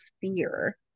fear